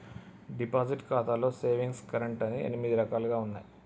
deposit ఖాతాలో savings current అని ఎనిమిది రకాలుగా ఉన్నయి